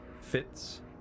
fits